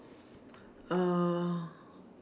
uh